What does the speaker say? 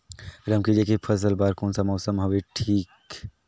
रमकेलिया के फसल बार कोन सा मौसम हवे ठीक रथे?